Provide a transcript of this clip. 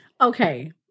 Okay